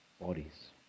bodies